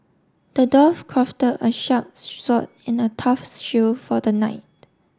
the dwarf crafted a sharp sword and a tough shield for the knight